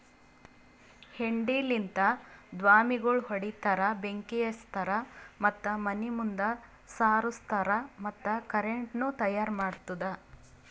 ಹೆಂಡಿಲಿಂತ್ ದ್ವಾಮಿಗೋಳ್ ಹೊಡಿತಾರ್, ಬೆಂಕಿ ಹಚ್ತಾರ್ ಮತ್ತ ಮನಿ ಮುಂದ್ ಸಾರುಸ್ತಾರ್ ಮತ್ತ ಕರೆಂಟನು ತೈಯಾರ್ ಮಾಡ್ತುದ್